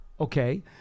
okay